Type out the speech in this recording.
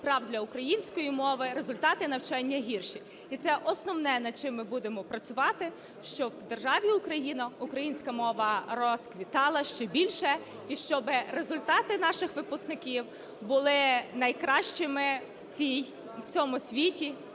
прав для української мови, результати навчання гірші. І це основне, над чим ми будемо працювати, щоб у державі Україна українська мова розквітала ще більше і щоб результати наших випускників були найкращими в усьому світі.